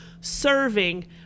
serving